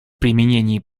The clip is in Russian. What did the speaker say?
применении